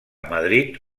madrid